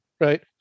Right